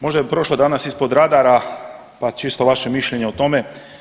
Možda je prošlo danas ispod radara, pa čisto vaše mišljenje o tome.